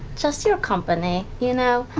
just your company, you know,